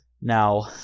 now